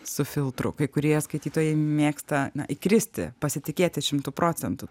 su filtru kai kurie skaitytojai mėgsta na įkristi pasitikėti šimtu procentų